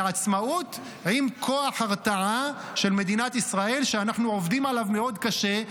זה עצמאות עם כוח הרתעה של מדינת ישראל שאנחנו עובדים עליו מאוד קשה,